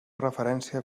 referència